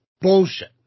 bullshit